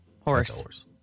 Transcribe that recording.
Horse